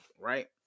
right